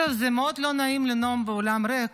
מאוד לא נעים לנאום באולם ריק,